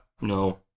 No